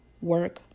work